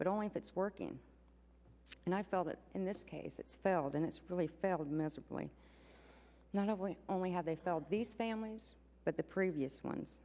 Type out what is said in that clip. but only if it's working and i felt that in this case it failed and it's really failed miserably not only only have they failed these families but the previous one